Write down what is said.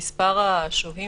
במסגרת חקירה אפידמיולוגית,